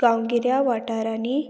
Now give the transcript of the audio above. गांवगिऱ्या वाठारांनी